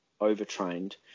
overtrained